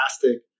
fantastic